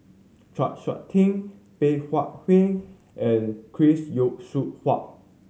Chau Sik Ting Bey Hua Heng and Chris Yeo Siew Hua